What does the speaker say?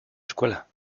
escuela